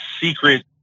secret